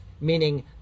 meaning